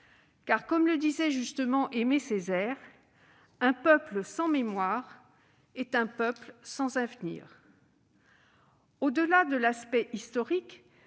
Car, comme le disait justement Aimé Césaire, « un peuple sans mémoire est un peuple sans avenir ».